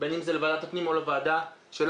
בין אם זה לוועדת הפנים או לוועדה שלך,